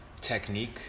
technique